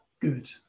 good